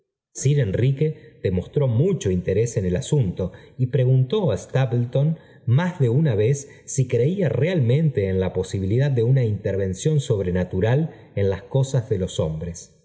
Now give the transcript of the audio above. sir enrique demostró mucho interés en el asunto y preguntó á stapleton más de una vez si creía realmente en la posibilidad de una intervención sobrenatural en las cosas de los hombres